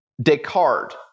Descartes